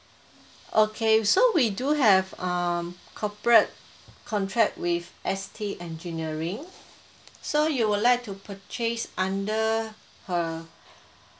okay so we do have um corporate contract with S_T engineering so you would like to purchase under her